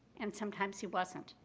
and sometimes he wasn't,